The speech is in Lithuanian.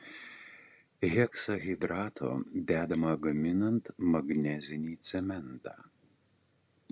heksahidrato dedama gaminant magnezinį cementą